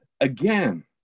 again